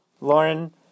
Lauren